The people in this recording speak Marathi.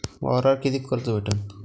वावरावर कितीक कर्ज भेटन?